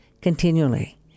continually